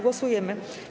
Głosujemy.